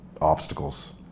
obstacles